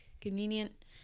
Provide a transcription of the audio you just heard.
convenient